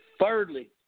Thirdly